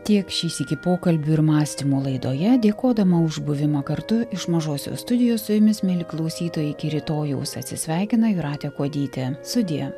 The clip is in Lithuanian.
tiek šį sykį pokalbių ir mąstymų laidoje dėkodama už buvimą kartu iš mažosios studijos su jumis mieli klausytojai iki rytojaus atsisveikina jūratė kuodytė sudie